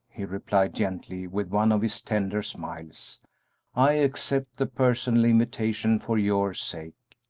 he replied, gently, with one of his tender smiles i accept the personal invitation for your sake.